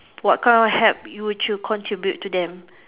what kind of help you would you contribute to them